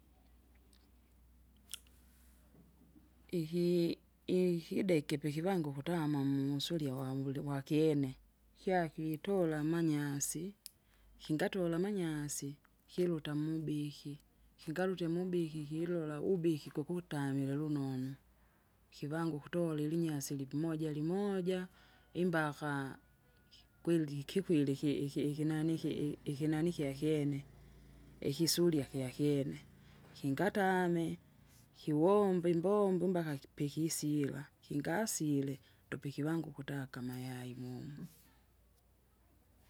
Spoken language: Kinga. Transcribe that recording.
ikii ihideki ikipivangu ukutama munsulya wanvule wakyene, kyakitula amanyasi, kingatula amanyasi, kiluta mubihi, kingarute mubihi kilola ubihi kwakutamaile lunonu, kivangu ukutola ilinyasi ilimmoja limoja imbaka, kweli ikikwili iki- iki- ikinanii iki- ikinanii kyakyene, ikisulya kyakyene, kingatame, kiwombe imbombo mbaka kipikisiega kingasile, ndopiki vangu ukutaka mayai momu.